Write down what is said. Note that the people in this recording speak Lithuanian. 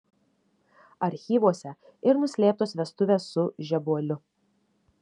archyvuose ir nuslėptos vestuvės su žebuoliu